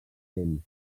temps